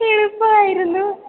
എളുപ്പമായിരുന്നു